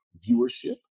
viewership